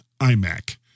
imac